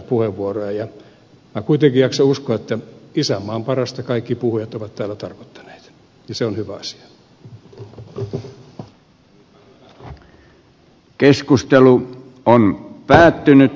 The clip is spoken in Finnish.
minä kuitenkin jaksan uskoa että isänmaan parasta kaikki puhujat ovat täällä tarkoittaneet ja se on hyvä asia